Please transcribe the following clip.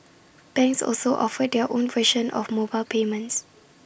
banks also offered their own version of mobile payments